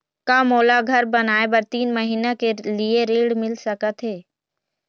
का मोला घर बनाए बर तीन महीना के लिए ऋण मिल सकत हे?